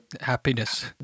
Happiness